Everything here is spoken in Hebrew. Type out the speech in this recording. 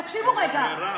תקשיבו רגע,